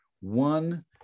one